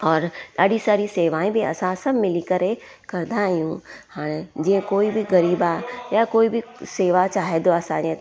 और ॾाढी सारी सेवाए बि असां सभु मिली करे कंदा आहियूं हाणे जीअं कोई बि गरीब आहे या कोई बि सेवा चाहे थो असांजे